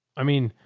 i mean,